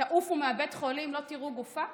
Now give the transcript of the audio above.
תעופו מבית החולים, לא תראו גופה,